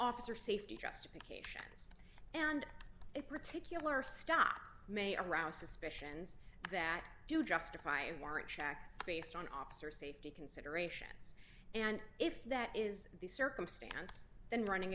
officer safety justification and a particular stop may arouse suspicions that do justify an warrant check based on officer safety considerations and if that is the circumstance then running